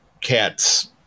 cats